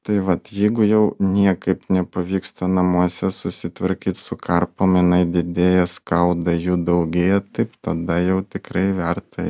tai vat jeigu jau niekaip nepavyksta namuose susitvarkyt su karpom jinai didėja skauda jų daugėja taip tada jau tikrai verta